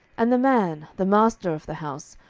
and the man, the master of the house,